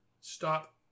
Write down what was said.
stop